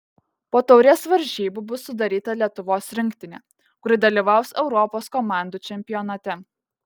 po taurės varžybų bus sudaryta lietuvos rinktinė kuri dalyvaus europos komandų čempionate